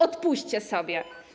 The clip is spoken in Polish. Odpuśćcie sobie.